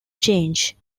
change